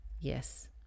Yes